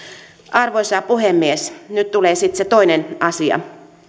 arvoisa puhemies nyt tulee sitten se toinen asia